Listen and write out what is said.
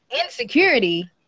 insecurity